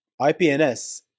IPNS